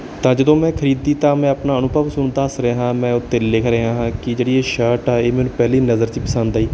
ਤਾਂ ਜਦੋਂ ਮੈਂ ਖਰੀਦੀ ਤਾਂ ਮੈਂ ਆਪਣਾ ਅਨੁਭਵ ਤੁਹਾਨੂੰ ਦੱਸ ਰਿਹਾ ਮੈਂ ਉਸ 'ਤੇ ਲਿਖ ਰਿਹਾ ਹਾਂ ਕਿ ਜਿਹੜੀ ਇਹ ਸ਼ਰਟ ਆਈ ਮੈਨੂੰ ਪਹਿਲੀ ਨਜ਼ਰ 'ਚ ਪਸੰਦ ਆਈ